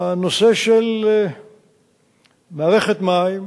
הנושא של מערכת מים,